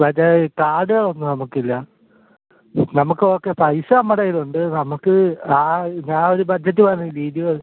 മറ്റേ കാർഡ് ഒന്നും നമുക്കില്ല നമുക്ക് ഒക്കെ പൈസ നമ്മുടെ കയിലുണ്ട് നമുക്ക് ആ ആ ഒര് ബഡ്ജറ്റ് പറഞ്ഞില്ലേ ഇരുപത്